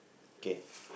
K